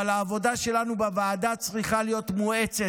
אבל העבודה שלנו בוועדה צריכה להיות מואצת,